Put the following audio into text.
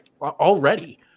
already